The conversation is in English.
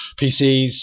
PCs